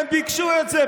הם ביקשו את זה.